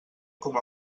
com